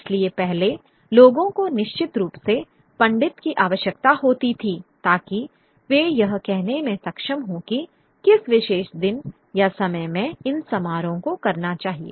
इससे पहले लोगों को निश्चित रूप से पंडित की आवश्यकता होती थी ताकि वे यह कहने में सक्षम हों कि किस विशेष दिन या समय में इन समारोहों को करना चाहिए